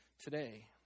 today